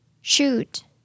shoot